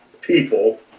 people